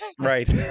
Right